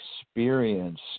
experience